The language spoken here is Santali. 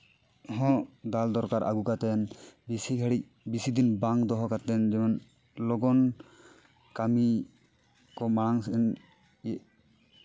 ᱦᱚᱸ ᱫᱟᱞ ᱫᱚᱨᱠᱟᱨ ᱟᱹᱜᱩ ᱠᱟᱛᱮᱱ ᱵᱮᱥᱤ ᱜᱷᱟᱹᱲᱤᱡ ᱵᱮᱥᱤ ᱫᱤᱱ ᱵᱟᱝ ᱫᱚᱦᱚ ᱠᱟᱛᱮᱱ ᱡᱚᱠᱷᱚᱱ ᱞᱚᱜᱚᱱ ᱠᱟᱹᱢᱤ ᱠᱚ ᱢᱟᱲᱟᱝ ᱥᱮᱱ